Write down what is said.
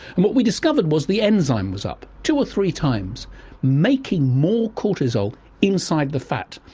and what we discovered was the enzyme was up two or three times making more cortisol inside the fat.